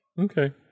okay